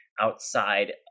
outside